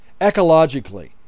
ecologically